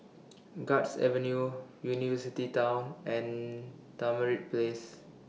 Guards Avenue University Town and Tamarind Place